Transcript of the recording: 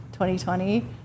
2020